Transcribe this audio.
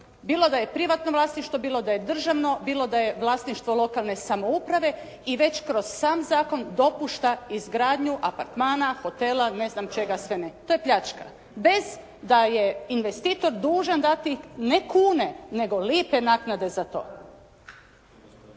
Bilo da je privatno vlasništvo, bilo da je državno, bilo da je vlasništvo lokalne samouprave i već kroz sam zakon dopušta izgradnju apartmana, hotela, ne znam čega sve ne. To je pljačka bez da je investitor dužan dati ne kuna, nego lipe naknade za to.